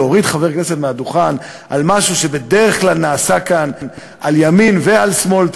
להוריד חבר כנסת מהדוכן על משהו שבדרך כלל נעשה כאן על ימין ועל שמאל,